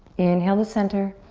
inhale to center.